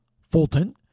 Fulton